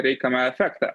reikiamą efektą